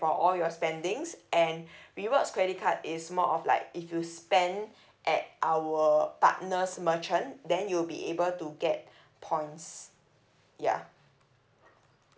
for all your spendings and rewards credit card is more of like if you spend at our partners merchant then you'll be able to get points ya